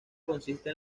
consiste